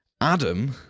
Adam